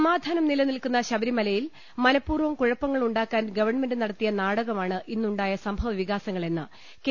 സമാധാനം നിലനിൽക്കുന്ന ശബരിമലയിൽ മനപ്പൂർവ്വം കുഴപ്പങ്ങളു ണ്ടാക്കാൻ ഗവൺമെന്റ് നടത്തിയ നാടകമാണ് ഇന്നുണ്ടായ സംഭവവി കാസങ്ങളെന്ന് കെ